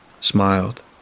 smiled